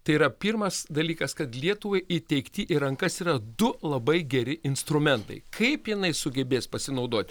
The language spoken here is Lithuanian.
tai yra pirmas dalykas kad lietuvai įteikti į rankas yra du labai geri instrumentai kaip jinai sugebės pasinaudoti